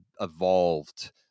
evolved